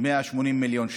180 מיליון שקל,